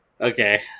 Okay